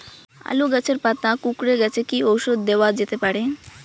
আলু গাছের পাতা কুকরে গেছে কি ঔষধ দেওয়া যেতে পারে?